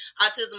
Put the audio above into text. autism